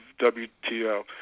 WTO